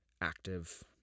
active